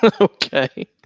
Okay